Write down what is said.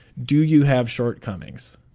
do you have shortcomings?